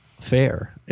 fair